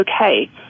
okay